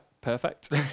perfect